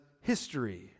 history